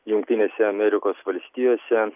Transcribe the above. jungtinėse amerikos valstijose